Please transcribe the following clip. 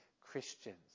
Christians